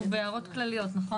אנחנו בהערות כלליות, נכון?